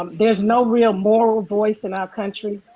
um there's no real moral voice in our country,